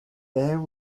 there